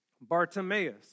Bartimaeus